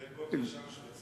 זאב בוים זה שעון שוויצרי.